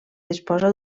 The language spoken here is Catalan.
disposa